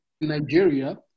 Nigeria